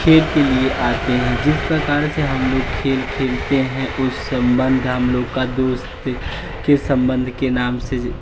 खेल के लिए आते हैं जिस प्रकार से हम लोग खेल खेलते हैं उस संबंध हम लोग का दोस्त के संबंध के नाम से